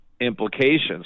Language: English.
implications